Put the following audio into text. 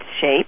shape